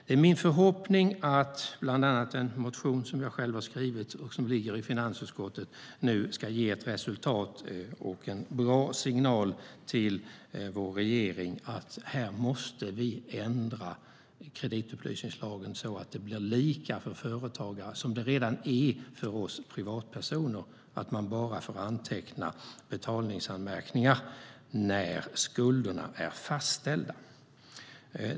Det är min förhoppning att bland annat den motion som jag själv har skrivit och som ligger i finansutskottet nu ska ge ett resultat och en bra signal till vår regering om att vi måste ändra kreditupplysningslagen, så att det blir likadant för företagare som det redan är för oss privatpersoner, att man bara får anteckna betalningsanmärkningar när skulderna är fastställda.